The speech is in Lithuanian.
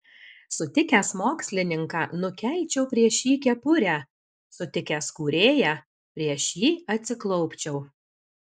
sutikęs mokslininką nukelčiau prieš jį kepurę sutikęs kūrėją prieš jį atsiklaupčiau